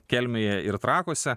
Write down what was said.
kelmėje ir trakuose